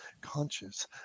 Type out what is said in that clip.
conscious